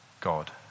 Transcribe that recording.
God